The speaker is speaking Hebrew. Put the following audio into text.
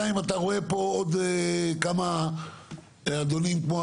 אם רוצים להגיע למספרים גדולים החברה